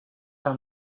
tell